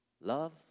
Love